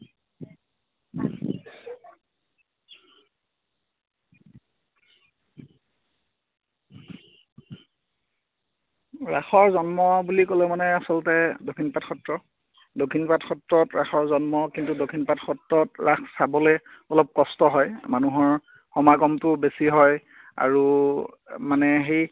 ৰাসৰ জন্ম বুলি ক'লে মানে আচলতে দক্ষিণপাট সত্ৰ দক্ষিণপাট সত্ৰত ৰাসৰ জন্ম কিন্তু দক্ষিণপাট সত্ৰত ৰাস চাবলৈ অলপ কষ্ট হয় মানুহৰ সমাগমটো বেছি হয় আৰু মানে সেই